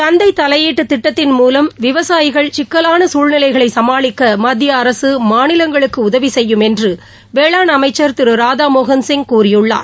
சந்தை தலையீட்டு திட்டத்தின் மூலம் விவசாயிகள் சிக்கலான சூழ்நிலைகளை சமாளிக்க மத்திய அரசு மாநிலங்களுக்கு உதவி செய்யும் என்று வேளாண் அமைச்சர் திரு ராதா மோகன் சிங் கூறியுள்ளார்